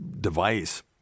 device